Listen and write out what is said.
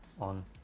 on